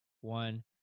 one